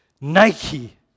Nike